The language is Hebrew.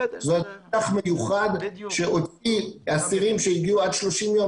זה הליך מיוחד של אסירים שהגיעו עד 30 יום